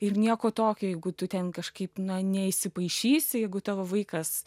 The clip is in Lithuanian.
ir nieko tokio jeigu tu ten kažkaip na neįsipaišysi jeigu tavo vaikas